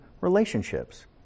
relationships